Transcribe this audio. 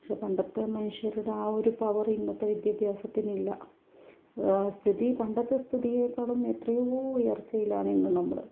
പക്ഷേ പണ്ടത്തെ മനുഷ്യരുടെ ആ ഒരു പവർ ഇന്നത്തെ വിദ്യാഭ്യാസത്തിന് ഇല്ല സ്ഥിതി പണ്ടത്തെ സ്ഥിതീനെക്കാളും എത്രയോ ഉയർച്ചയിലാണ് ഇന്ന് നമ്മൾ